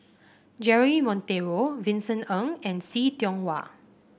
Jeremy Monteiro Vincent Ng and See Tiong Wah